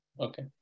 Okay